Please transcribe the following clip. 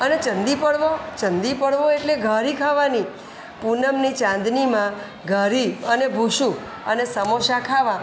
અને ચંદીપડવો ચંદીપડવો એટલે ઘારી ખાવાની પૂનમની ચાંદનીમાં ઘારી અને ભૂસુંં અને સમોસા ખાવાં